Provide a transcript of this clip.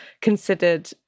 considered